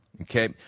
Okay